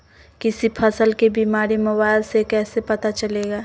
किसी फसल के बीमारी मोबाइल से कैसे पता चलेगा?